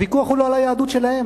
הוויכוח הוא לא על היהדות שלהם,